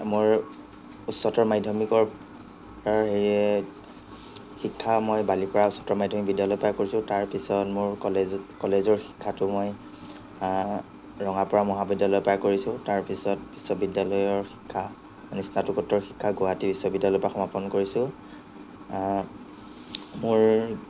মোৰ উচ্চতৰ মাধ্যমিকৰ শিক্ষা মই বালিপাৰা উচ্চতৰ মাধ্যমিক বিদ্যালয়ৰ পৰাই কৰিছোঁ তাৰ পিছত মোৰ কলেজত কলেজৰ শিক্ষাটো মই ৰঙাপাৰা মহাবিদ্যালয়ৰ পৰা কৰিছোঁ তাৰ পিছত বিশ্ববিদ্যালয়ৰ শিক্ষা স্নাতকোত্তৰ শিক্ষা গুৱাহাটী বিশ্ববিদ্যালয়ৰপৰা সমাপন কৰিছোঁ মোৰ